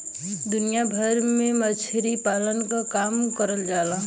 दुनिया भर में मछरी पालन के काम करल जाला